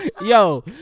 yo